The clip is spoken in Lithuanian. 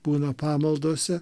būna pamaldose